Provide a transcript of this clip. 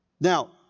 Now